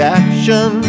action